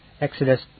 Exodus